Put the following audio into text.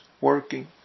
working